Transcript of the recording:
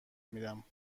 میرم